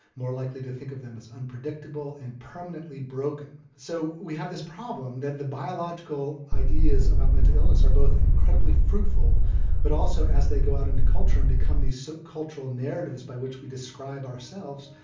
more likely to think of them as unpredictable and permanently broken. so we have this problem that biological ideas about mental illness are both incredibly fruitful but also, as they go out into culture and become these so cultural narratives by which we describe ourselves,